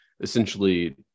essentially